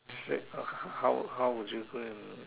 say how how would you go and